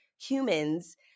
humans